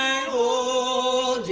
o.